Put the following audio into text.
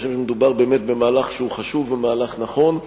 אני חושב שבמובן הזה מדובר במהלך שהוא חשוב ומהלך נכון.